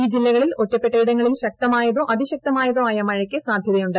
ഈ ജില്ലകളിൽ ഒറ്റപ്പെട്ടയിടങ്ങളിൽ ശക്തമായതോ അതിശ്ിക്തമായതോ ആയ മഴയ്ക്ക് സാധ്യതയുണ്ട്